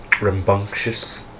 rambunctious